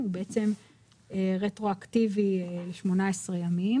- הוא בעצם רטרואקטיבי 18 ימים